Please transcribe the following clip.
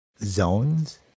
zones